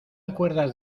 acuerdas